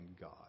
God